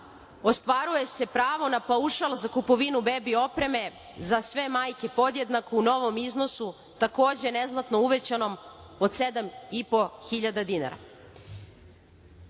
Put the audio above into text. ostvaruje se pravo na paušal za kupovinu bebi opreme za sve majke podjednako u novom iznosu takođe neznatno uvećanom od 7.500 dinara. Poštovani